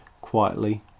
quietly